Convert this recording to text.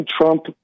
Trump